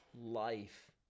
life